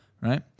right